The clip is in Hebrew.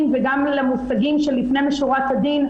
וגם לא למושגים של לפנים משורת הדין,